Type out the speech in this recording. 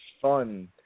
fun